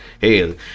Hail